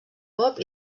pop